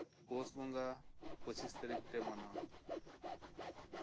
ᱯᱳᱥ ᱵᱚᱸᱜᱟ ᱯᱚᱸᱪᱤᱥ ᱛᱟᱨᱤᱠᱷ ᱨᱮᱞᱮ ᱢᱟᱱᱟᱣᱟ